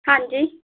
ਹਾਂਜੀ